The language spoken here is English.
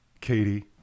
katie